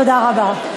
תודה רבה.